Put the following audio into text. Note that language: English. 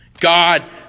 God